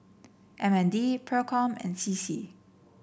M N D Procom and C C